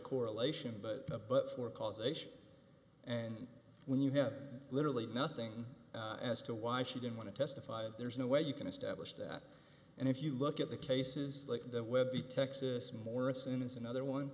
correlation but but for causation and when you have literally nothing as to why she didn't want to testify there's no way you can establish that and if you look at the cases like that with the texas morrison is another one